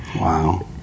Wow